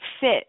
fit